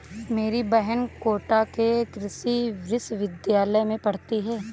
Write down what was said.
मेरी बहन कोटा के कृषि विश्वविद्यालय में पढ़ती थी